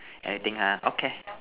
anything ha okay